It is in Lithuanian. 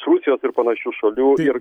iš rusijos ir panašių šalių ir